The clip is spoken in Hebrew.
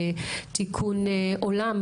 בתיקון עולם,